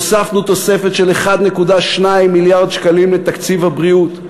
הוספנו תוספת של 1.2 מיליארד שקלים לתקציב הבריאות.